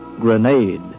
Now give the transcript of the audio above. Grenade